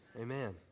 amen